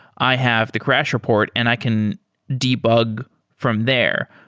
i have the crash report and i can debug from there.